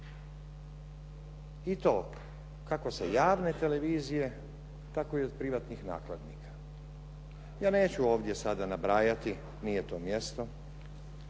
i to kako sa javne televizije tako i od privatnih nakladnika. Ja neću ovdje sada nabrajati, nije to mjesto